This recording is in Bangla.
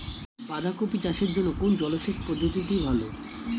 বাঁধাকপি চাষের জন্য কোন জলসেচ পদ্ধতিটি ভালো?